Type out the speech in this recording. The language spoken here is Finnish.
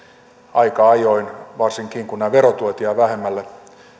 aika ajoin varsinkin kun nämä verotuet jäävät vähemmälle